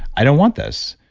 i don't want this.